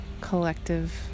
collective